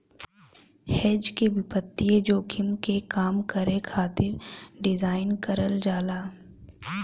hedge के वित्तीय जोखिम के कम करे खातिर डिज़ाइन करल जाला